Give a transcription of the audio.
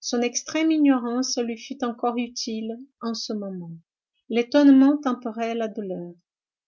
son extrême ignorance lui fut encore utile en ce moment l'étonnement tempérait la douleur